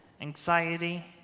anxiety